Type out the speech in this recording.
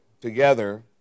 together